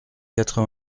quatre